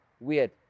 weird